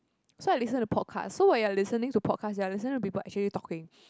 so I listen to podcast so when you are listening to podcast you are listening to people actually talking